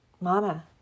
Mama